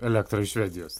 elektrą iš švedijos